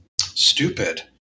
stupid